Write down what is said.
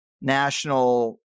national